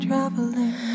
Traveling